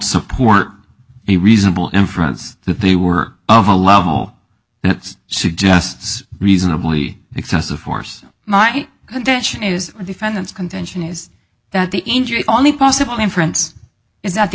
support a reasonable inference that they were of a level that suggests reasonably excessive force my contention is defendant's contention is that the injury only possible inference is that the